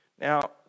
Now